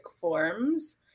forms